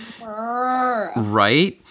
Right